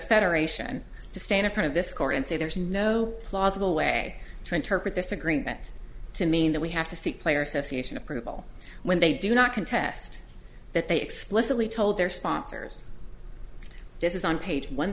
federation to stand in front of this court and say there is no plausible way to interpret this agreement to mean that we have to see player cessation approval when they do not contest that they explicitly told their sponsors this is on page one